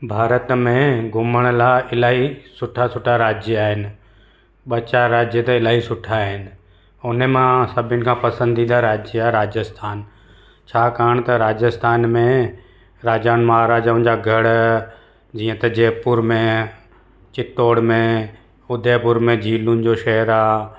भारत में घुमण लाइ इलाही सुठा सुठा राज्य आहिनि ॿ चारि राज्य त इलाही सुठा आहिनि उन मां सभिन खां पसंदीदा राज्य आहे राजस्थान छाकाणि त राजस्थान में राजाउनि महाराजाउनि जा गढ़ जीअं त जयपुर में चित्तौड़ में उदयपुर में झीलुनि जो शहरु आहे